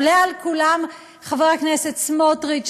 עולה על כולם חבר הכנסת סמוטריץ,